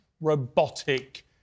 robotic